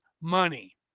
money